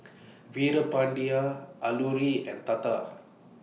Veerapandiya Alluri and Tata